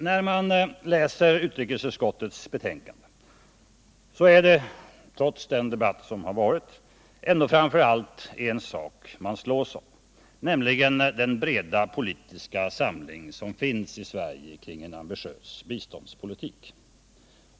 När man läser utrikesutskottets betänkande är det, trots den debatt som har förts, framför allt en sak man slås av, nämligen den breda politiska samling som finns i Sverige kring en ambitiös biståndspolitik.